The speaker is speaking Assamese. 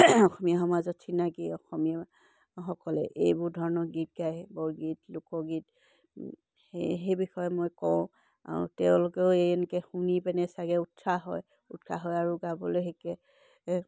অসমীয়া সমাজত চিনাকি অসমীয়াসকলে এইবোৰ ধৰণৰ গীত গায় বৰগীত লোকগীত সেই সেই বিষয়ে মই কওঁ আৰু তেওঁলোকেও এই এনেকৈ শুনি পেনে ছাগে উৎসাহ হয় উৎসাহ হয় আৰু গাবলৈ শিকে